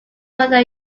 whether